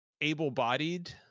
able-bodied